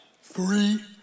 Three